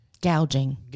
Gouging